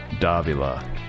Davila